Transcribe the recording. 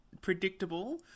predictable